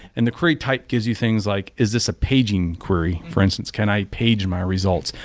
and the query type gives you things like, is this a paging query for instance? can i page my results?